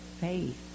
faith